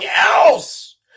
else